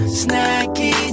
snacky